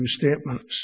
statements